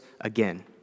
again